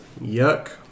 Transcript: yuck